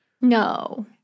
No